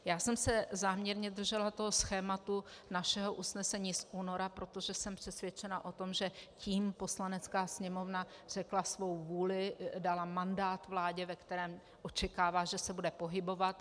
Já jsem se záměrně držela schématu našeho usnesení z února, protože jsem přesvědčena o tom, že tím Poslanecká sněmovna řekla svou vůli, dala mandát vládě, ve kterém očekává, že se bude pohybovat.